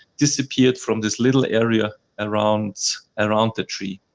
disappeared from this little area around around the tree.